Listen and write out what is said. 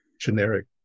generic